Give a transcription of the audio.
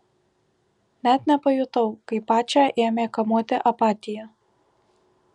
net nepajutau kaip pačią ėmė kamuoti apatija